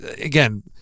again